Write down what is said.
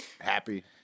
happy